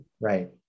Right